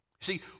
See